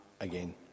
again